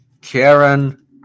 Karen